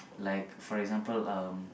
like for example um